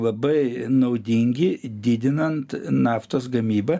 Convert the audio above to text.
labai naudingi didinant naftos gamybą